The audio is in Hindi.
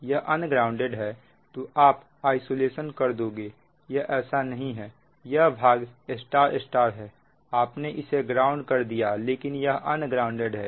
यह अनग्राउंडेड है तो आप आइसोलेशन कर दोगे यह ऐसा नहीं है यह भाग Y Y है आपने इसे ग्राउंड कर दिया लेकिन यह अनग्राउंडेड है